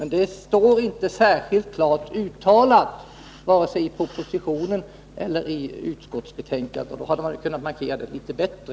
Men det står inte särskilt klart uttalat, varken i propositionen eller i utskottsbetänkandet. Det hade man kunnat markera litet bättre.